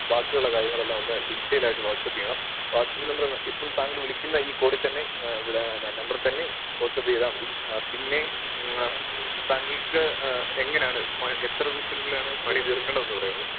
ബാക്കിയുള്ള കാര്യങ്ങളെല്ലാം ഒന്ന് ഡീറ്റെയിലായിട്ട് വാട്സ്പ്പെയ്യണം വാട്സ്പ്പ് നമ്പര് ഇപ്പോള് താങ്കള് വിളിക്കുന്ന ഈ കോളില് തന്നെ ഇവിട നമ്പർ തന്നെ വാട്സപ്പെയ്താല് മതി പിന്നെ താങ്കൾക്ക് എങ്ങനെയാണ് എത്ര ദിവസത്തിനുള്ളിലാണ് പണി തീർക്കേണ്ടതെന്നു പറയാമോ